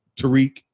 Tariq